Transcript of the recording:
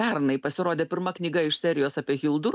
pernai pasirodė pirma knyga iš serijos apie hildur